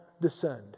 descend